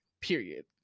period